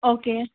okay